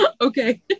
Okay